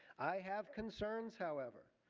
i have concerns, however,